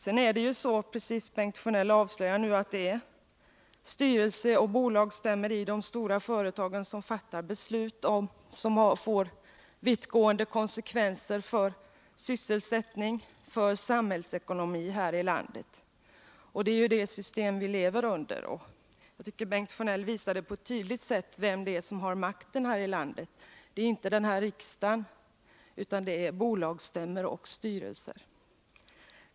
Bengt Sjönell avslöjar nu att det är styrelserna och bolagsstämmorna i de stora företagen som fattar beslut vilka får vittgående konsekvenser för sysselsättning och för samhällsekonomi här i landet. Det är ju det systemet vi lever under. Jag tycker att Bengt Sjönell på ett tydligt sätt visade vem det är som har makten i det här landet. Det är inte den här riksdagen, utan det är bolagsstämmor och styrelser.